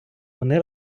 вони